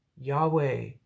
Yahweh